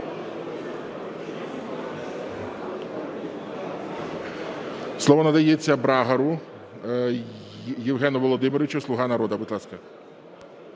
Слово надається Брагару Євгену Володимировичу, "Слуга народу",